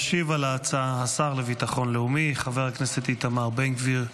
ישיב על ההצעה השר לביטחון לאומי חבר הכנסת איתמר בן גביר.